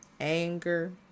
anger